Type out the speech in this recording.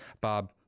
Bob